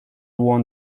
won